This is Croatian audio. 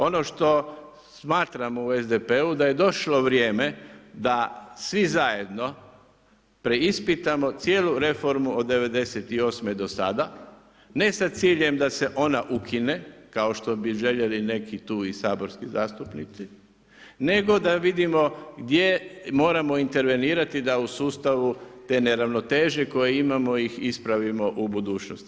Ono što smatramo u SDP-u da je došlo vrijeme da svi zajedno preispitamo cijelu reformu od '98. do sada, ne sa ciljem da se ona ukine, kao što bi željeli neki tu i saborski zastupnici, nego da vidimo gdje moramo intervenirati da u sustavu te neravnoteže koje imamo ih ispravimo u budućnosti.